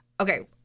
Okay